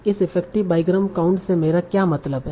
इस effective bigram count से मेरा क्या मतलब है